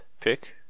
pick